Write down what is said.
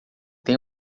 têm